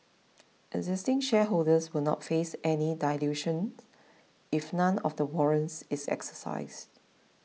existing shareholders will not face any dilution if none of the warrants is exercised